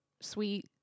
sweet